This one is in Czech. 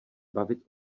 bavit